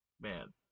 man